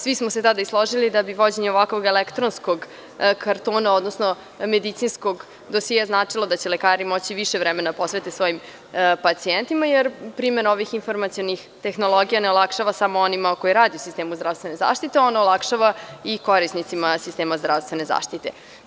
Svi smo se tada i složili da bi vođenje ovakvog elektronskog kartona, odnosno medicinskog dosijea, značilo da će lekari moći više vremena da posvete svojim pacijentima jer primena ovih informacionih tehnologija ne olakšava samo onima koji rade u sistemu zdravstvene zaštite, ona olakšava i korisnicima sistema zdravstvene zaštite.